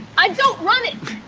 i don't run it.